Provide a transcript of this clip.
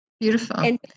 Beautiful